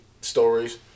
stories